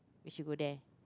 wish you were there